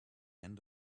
end